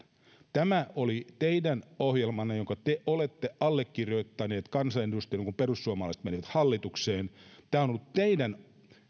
tämä oli teidän ohjelmanne jonka te olette allekirjoittaneet kansanedustajina kun perussuomalaiset menivät hallitukseen tämä on ollut siinä vaiheessa teidän